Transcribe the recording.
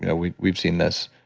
yeah we've we've seen this.